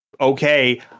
okay